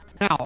Now